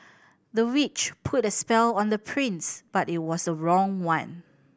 the witch put a spell on the prince but it was the wrong one